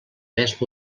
més